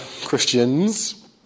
Christians